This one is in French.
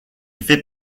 fait